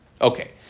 okay